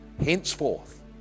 Henceforth